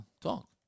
Talk